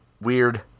weird